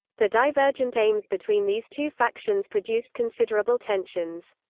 the divergent aims between these two factions produced considerable tensions.